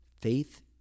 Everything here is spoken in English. faith